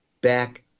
back